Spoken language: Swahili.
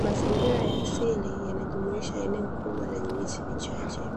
Mazingira ya asili yanajumuisha eneo kubwa lenye miti michache,